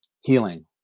healing